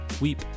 Weep